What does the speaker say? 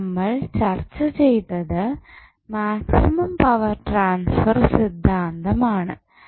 നമ്മൾ ചർച്ച ചെയ്തത് മാക്സിമം പവർ ട്രാൻസ്ഫർ സിദ്ധാന്തം ആണ്